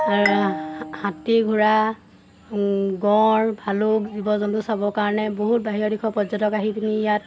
হাতী ঘোঁৰা গড় ভালুক জীৱ জন্তু চাবৰ কাৰণে বহুত বাহিৰৰ দেশৰ পৰ্যটক আহি পিনি ইয়াত